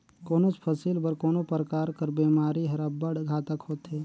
कोनोच फसिल बर कोनो परकार कर बेमारी हर अब्बड़ घातक होथे